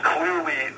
Clearly